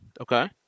Okay